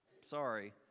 Sorry